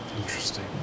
Interesting